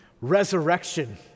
Resurrection